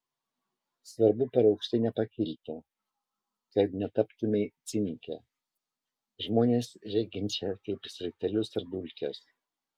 svarbu per aukštai nepakilti kad netaptumei cinike žmones reginčia kaip sraigtelius ar dulkes